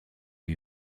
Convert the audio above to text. lui